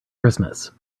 christmas